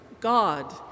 God